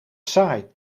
saai